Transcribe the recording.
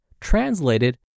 translated